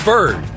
Bird